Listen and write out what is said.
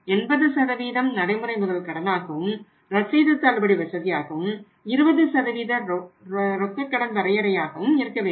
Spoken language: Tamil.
80 நடைமுறை முதல் கடனாகவும் ரசீது தள்ளுபடி வசதியாகவும் 20 ரொக்க கடன் வரையறையாக இருக்க வேண்டும்